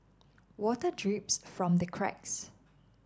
water drips from the cracks